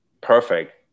perfect